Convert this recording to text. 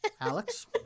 Alex